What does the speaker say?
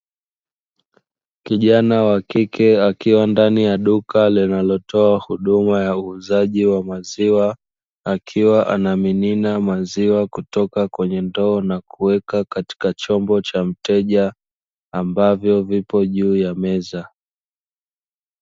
Kijana wa kike akiwa ndani ya duka linalotoa huduma ya uuzaji wa maziwa, akiwa anamimina maziwa kutoka kwenye ndoo na kuweka katika chombo cha mteja, ambavyo vipo juu ya meza.